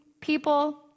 people